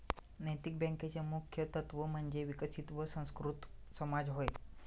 नैतिक बँकेचे मुख्य तत्त्व म्हणजे विकसित व सुसंस्कृत समाज होय